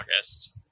August